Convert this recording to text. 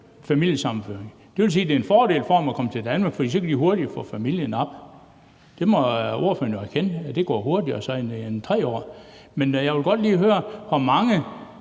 familiesammenføring. Det vil sige, at det er en fordel for dem at komme til Danmark, for så kan de hurtigere få familien op. Ordføreren må jo erkende, at det så går hurtigere end 3 år. Men jeg vil godt lige høre, hvor mange